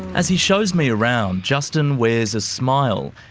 as he shows me around, justin wears a smile,